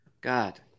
God